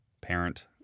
parent